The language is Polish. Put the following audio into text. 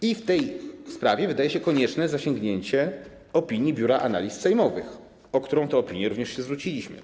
I w tej sprawie wydaje się konieczne zasięgnięcie opinii Biura Analiz Sejmowych, o którą to opinię również się zwróciliśmy.